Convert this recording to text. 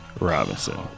Robinson